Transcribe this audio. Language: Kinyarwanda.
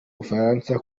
bufaransa